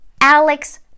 Alex